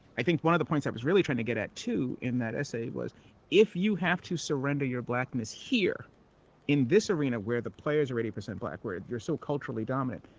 i think one of the points i was really trying to get at too in that essay was if you have to surrender your blackness here in this arena where the players are eighty percent black, where you're so culturally dominant,